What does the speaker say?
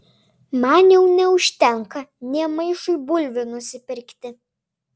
man jau neužtenka nė maišui bulvių nusipirkti